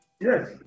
yes